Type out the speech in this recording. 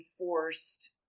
enforced